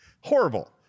horrible